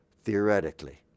theoretically